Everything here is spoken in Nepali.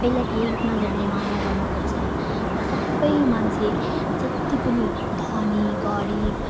सबैलाई एक नजरले माया गर्नुपर्छ र सबै मान्छे जत्ति पनि धनी गरिब